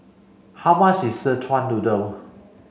how much is Szechuan noodle